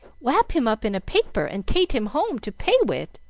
wap him up in a paper and tate him home to pay wid,